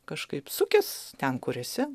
kažkaip sukis ten kur esi